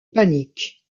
panique